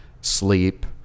sleep